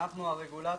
אנחנו הרגולטור.